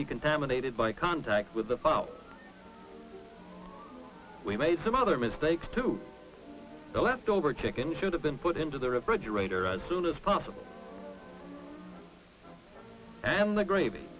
be contaminated by contact with the file we made some other mistakes too the leftover chicken should have been put into the refrigerator as soon as possible and the gravy